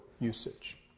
usage